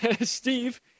Steve